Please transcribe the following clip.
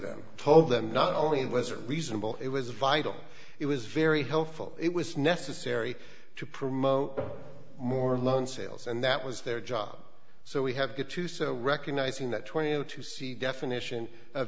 them told them not only was it reasonable it was vital it was very helpful it was necessary to promote more months sales and that was their job so we have got to set a recognizing that twenty two to see definition of